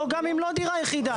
לא, גם אם לא דירה יחידה.